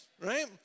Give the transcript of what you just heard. right